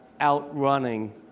outrunning